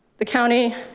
the county,